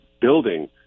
building